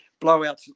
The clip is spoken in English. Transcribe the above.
blowouts